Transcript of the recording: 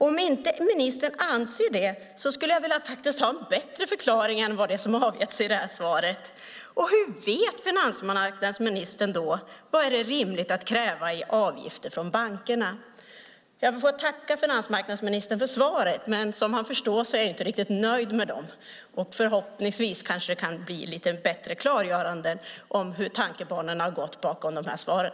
Om inte ministern anser det skulle jag vilja ha en bättre förklaring än den som har getts i svaret. Och hur vet finansmarknadsministern vad som är rimligt att kräva i avgifter från bankerna? Jag får tacka finansmarknadsministern för svaret, men som han förstår är jag inte riktigt nöjd med det. Förhoppningsvis kan det bli lite bättre klargöranden om hur tankebanorna har gått bakom svaret.